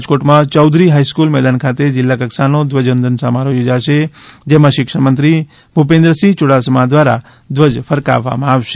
રાજકોટમાં ચૌધરી હાઇસ્કુલ મેદાન ખાતે જિલ્લા કક્ષાનો ધ્વજવંદન સમારોહ યોજાશે જેમાં શિક્ષણ મંત્રી ભુપેન્દ્રસિંહ યુડાસમા દ્વારા ધ્વજ ફરકાવવામાં આવશે